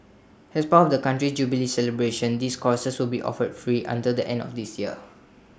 has part of the country's jubilee celebrations these courses will be offered free until the end of this year